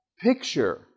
picture